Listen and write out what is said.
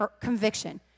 conviction